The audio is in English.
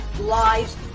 lives